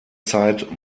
zeit